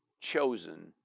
chosen